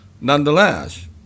Nonetheless